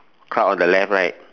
on the left right